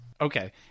Okay